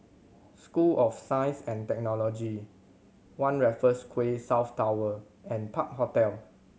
School of Science and Technology One Raffles Quay South Tower and Park Hotel